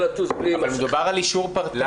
מדובר על אישור פרטני.